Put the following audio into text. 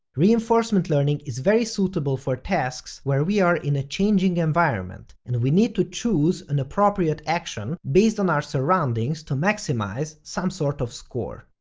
reinforcement learning is very suitable for tasks where we are in a changing environment and we need to choose an appropriate action based on our surroundings to maximize some sort of score.